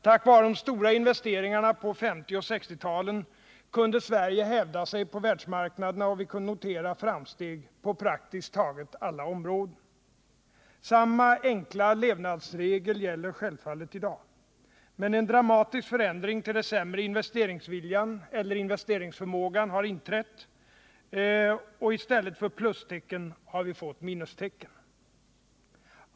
Tack vare de stora investeringarna på 1950 och 1960-talen kunde Sverige hävda sig på världsmarknaderna, och vi kunde notera framsteg på praktiskt taget alla områden. Samma enkla levnadsregel gäller självfallet i dag. Men en dramatisk förändring till det sämre i investeringsviljan eller investeringsförmågan har inträtt. I stället för plustecken har vi fått minustecken.